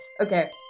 Okay